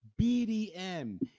bdm